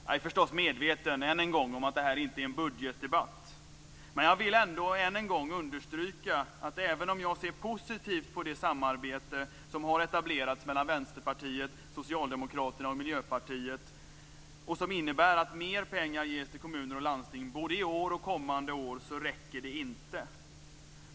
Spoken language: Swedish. Jag är förstås medveten om att det här inte är en budgetdebatt, men jag vill ändå än en gång understryka att även om jag ser positivt på det samarbete som har etablerats mellan Vänsterpartiet, Socialdemokraterna och Miljöpartiet, och som innebär att mer pengar ges till kommuner och landsting både i år och kommande år, så räcker inte detta.